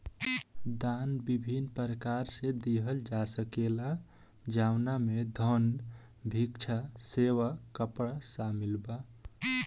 दान विभिन्न प्रकार से लिहल जा सकेला जवना में धन, भिक्षा, सेवा, कपड़ा शामिल बा